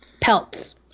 Pelts